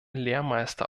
lehrmeister